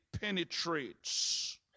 penetrates